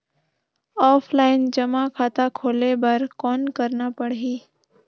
Offline जमा खाता खोले बर कौन करना पड़ही?